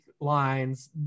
lines